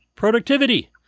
Productivity